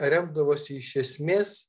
remdavosi iš esmės